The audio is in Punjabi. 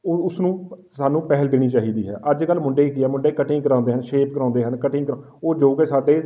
ਉਹ ਉਸ ਨੂੰ ਸਾਨੂੰ ਪਹਿਲ ਦੇਣੀ ਚਾਹੀਦੀ ਹੈ ਅੱਜ ਕੱਲ੍ਹ ਮੁੰਡੇ ਕੀ ਹੈ ਮੁੰਡੇ ਕਟਿੰਗ ਕਰਾਉਂਦੇ ਹਨ ਸ਼ੇਪ ਕਰਾਉਂਦੇ ਹਨ ਕਟਿੰਗ ਉਹ ਜੋ ਕਿ ਸਾਡੇ